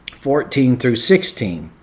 fourteen through sixteen.